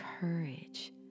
courage